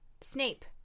Snape